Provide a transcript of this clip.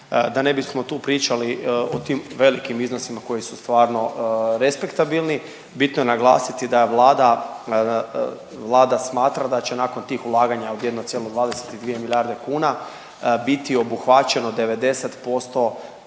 Da ne bismo tu pričali o tim velikim iznosima koji su stvarno respektabilni, bitno je naglasiti da Vlada, Vlada smatra da će nakon tih ulaganja od 1,22 milijarde kuna biti obuhvaćeno 90%